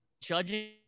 judging